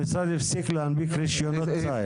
המשרד הפסיק להנפיק רישיונות ציד.